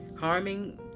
harming